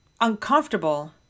uncomfortable